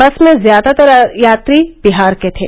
बस में ज्यादातर यात्री बिहार के थे